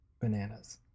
Bananas